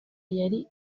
yari